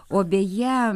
o beje